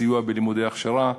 סיוע בלימודי הכשרה,